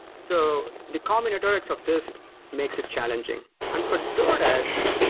so the combinatorics of this makes it challenging. and for doordash,